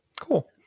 Cool